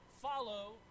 follow